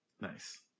Nice